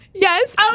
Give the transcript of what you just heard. Yes